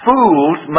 Fools